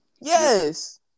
Yes